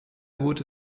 wurde